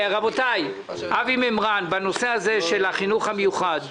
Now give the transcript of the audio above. בנושא החינוך המיוחד,